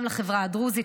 גם לחברה הדרוזית,